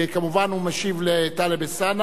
אם הוא יודע גם בנושא של,